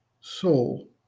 soul